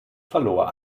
verlor